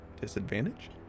disadvantage